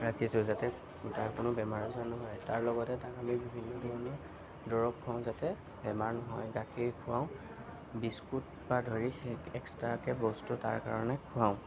ৰাখিছোঁ যাতে তাৰ কোনো বেমাৰ আজাৰ নহয় তাৰ লগতে তাক আমি বিভিন্ন ধৰণৰ দৰৱ খুৱাওঁ যাতে বেমাৰ নহয় গাখীৰ খুৱাওঁ বিস্কুটৰপৰা ধৰি এক্সট্ৰাকৈ বস্তু তাৰ কাৰণে খুৱাওঁ